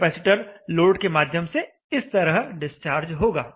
capacitor load के माध्यम से इस तरह डिस्चार्ज होगा